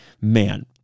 man